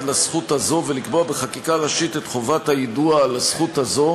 לזכות הזו ולקבוע בחקיקה ראשית את חובת היידוע על הזכות הזו,